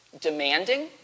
demanding